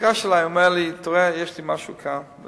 ואמר לי: יש לי משהו כאן,